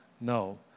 no